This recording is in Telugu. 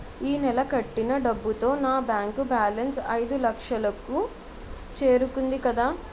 ఈ నెల కట్టిన డబ్బుతో నా బ్యాంకు బేలన్స్ ఐదులక్షలు కు చేరుకుంది కదా